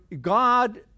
God